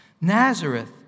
Nazareth